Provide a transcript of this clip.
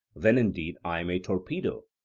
then indeed i am a torpedo,